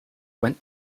went